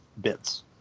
bits